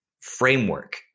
framework